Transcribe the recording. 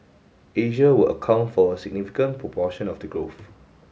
Asia will account for a significant proportion of the growth